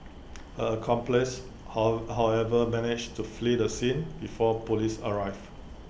her accomplice how however managed to flee the scene before Police arrived